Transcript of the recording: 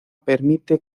permite